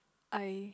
I